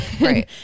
Right